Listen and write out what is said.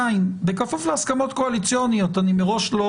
בכפוף להסכמות קואליציונית אני מראש לא